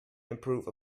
improve